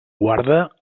guarda